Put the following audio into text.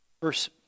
Verse